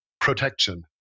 protection